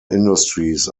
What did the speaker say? industries